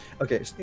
Okay